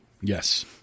Yes